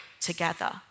together